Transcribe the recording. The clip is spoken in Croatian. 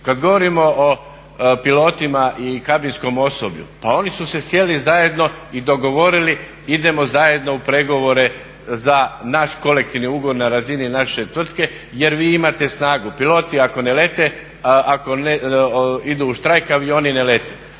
Kad govorimo o pilotima i kabinskom osoblju pa oni su se sjeli zajedno i dogovorili idemo zajedno u pregovore za naš kolektivni ugovor na razini naše tvrtke jer vi imate snagu. Piloti ako idu u štrajk avioni ne lete.